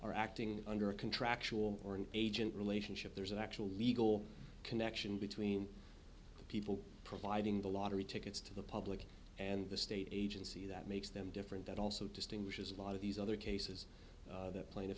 are acting under a contractual or an agent relationship there's an actual legal connection between people providing the lottery tickets to the public and the state agency that makes them different that also distinguishes a lot of these other cases that pla